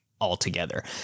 altogether